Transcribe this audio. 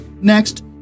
Next